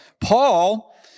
Paul